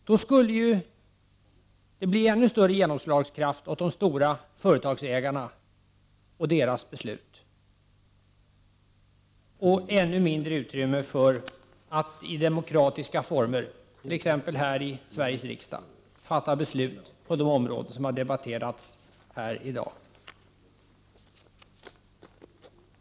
Då skulle det bli ännu större genomslagskraft för de stora företagsägarna och deras beslut och ännu mindre för att i demokratiska former, t.ex. här i Sveriges riksdag, fatta beslut på de områden som har debatterats här i dag.